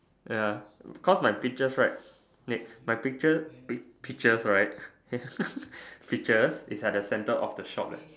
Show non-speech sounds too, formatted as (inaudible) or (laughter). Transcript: ya because my pictures right my picture pictures right has (laughs) pictures is at the centre of the shop leh